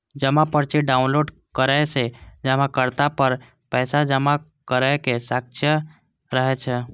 जमा पर्ची डॉउनलोड करै सं जमाकर्ता लग पैसा जमा करै के साक्ष्य रहै छै